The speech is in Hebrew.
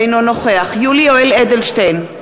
אינו נוכח יולי יואל אדלשטיין,